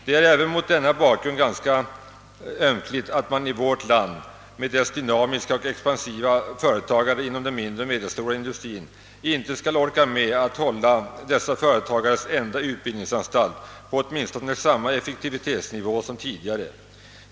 Det är även mot denna bakgrund ganska ömkligt, att man i vårt land med dess dynamiska och expansiva företagare inom den mindre och medelstora industrin icke skall orka med att hålla dessa företagares enda utbildningsanstalt på åtminstone samma effektivitetsnivå som tidigare.